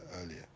earlier